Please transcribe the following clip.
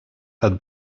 had